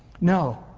No